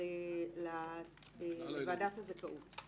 לוועדת הזכאות.